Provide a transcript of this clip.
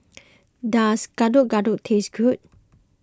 does Gado Gado taste good